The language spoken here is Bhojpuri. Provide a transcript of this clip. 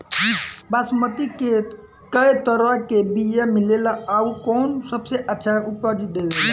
बासमती के कै तरह के बीया मिलेला आउर कौन सबसे अच्छा उपज देवेला?